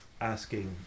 asking